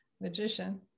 magician